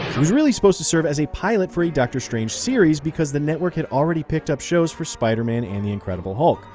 was really supposed to serve as a pilot for a doctor strange series, because the network had already picked up shows for spiderman and the incredible hulk.